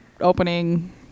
opening